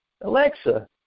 Alexa